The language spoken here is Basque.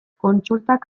kontsultak